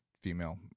female